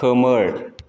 खोमोर